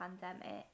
pandemic